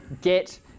get